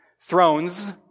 Thrones